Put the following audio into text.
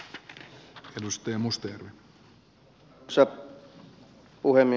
arvoisa puhemies